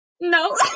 No